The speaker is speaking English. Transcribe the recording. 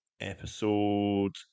episode